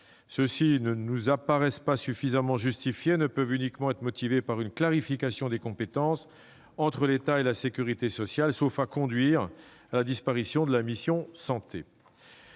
mouvements ne m'apparaissent pas suffisamment justifiés et ne peuvent uniquement être motivés par une clarification de la répartition des compétences entre l'État et la sécurité sociale, sauf à conduire à la disparition de la mission « Santé